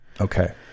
okay